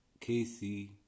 Casey